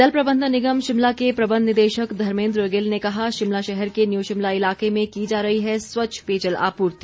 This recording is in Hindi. जल प्रबंधन निगम शिमला के प्रबंध निदेशक धर्मेंद्र गिल ने कहा शिमला शहर के न्यू शिमला इलाके में की जा रही है स्वच्छ पेयजल आपूर्ति